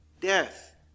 death